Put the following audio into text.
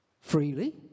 freely